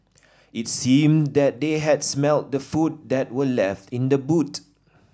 it seemed that they had smelt the food that were left in the boot